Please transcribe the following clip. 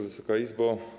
Wysoka Izbo!